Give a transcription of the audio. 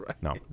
No